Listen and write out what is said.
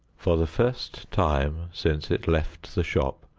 for the first time since it left the shop,